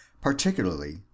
Particularly